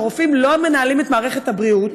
שהרופאים לא מנהלים את מערכת הבריאות.